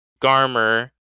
Garmer